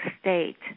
state